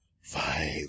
five